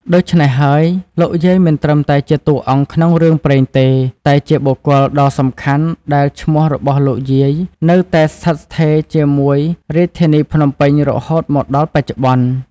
ដូច្នេះហើយ លោកយាយមិនត្រឹមតែជាតួអង្គក្នុងរឿងព្រេងទេ តែជាបុគ្គលដ៏សំខាន់ដែលឈ្មោះរបស់លោកយាយនៅតែស្ថិតស្ថេរជាមួយរាជធានីភ្នំពេញរហូតមកដល់បច្ចុប្បន្ន។